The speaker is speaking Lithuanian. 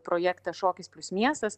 projektą šokis plius miestas